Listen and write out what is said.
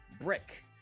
Brick